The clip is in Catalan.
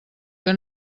que